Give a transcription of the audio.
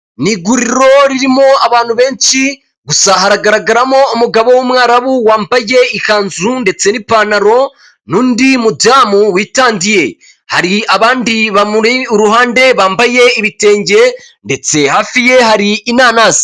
Ni iguriro ririmo abantu benshi gusa haragaragaramo umugabo w'umwarabu wambayege ikanzu ndetse n'ipantaro n'undi mudamu witangiye hari abandi bamuri iruhande bambaye ibitenge ndetse hafi ye hari inanasi.